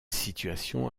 situation